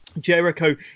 Jericho